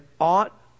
ought